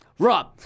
Rob